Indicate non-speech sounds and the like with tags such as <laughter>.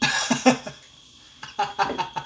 <laughs>